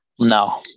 No